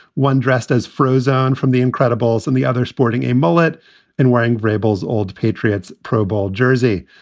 one dressed as frozen from the incredibles and the other sporting a mullet and wearing rebel's old patriots pro-ball jersey.